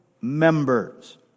members